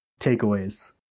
takeaways